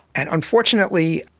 and unfortunately,